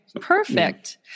Perfect